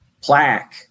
plaque